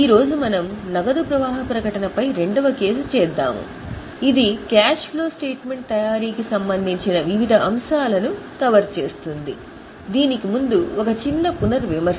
ఈ రోజు మనం నగదు ప్రవాహ ప్రకటనపై రెండవ కేసు చేస్తాము ఇది క్యాష్ ఫ్లో స్టేట్మెంట్ తయారీకి సంబంధించిన వివిధ అంశాలను కవర్ చేస్తుంది దీనికి ముందు ఒక చిన్న పునర్విమర్శ